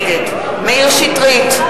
נגד מאיר שטרית,